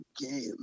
game